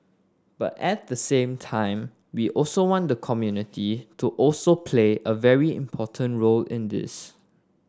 but at the same time we also want the community to also play a very important role in this